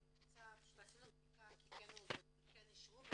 פשוט עשינו בדיקה כי כן הוזמנו וכן אישרו,